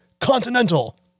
Continental